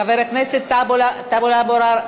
חבר הכנסת טלב אבו עראר,